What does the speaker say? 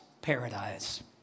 paradise